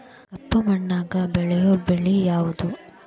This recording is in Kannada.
ಕಪ್ಪು ಮಣ್ಣಾಗ ಬೆಳೆಯೋ ಬೆಳಿ ಯಾವುದು?